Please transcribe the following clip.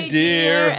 dear